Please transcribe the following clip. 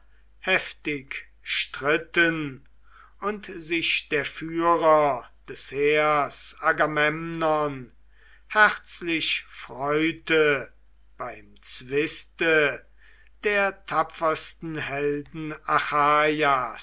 heftig stritten und sich der führer des heers agamemnon herzlich freute beim zwiste der tapfersten helden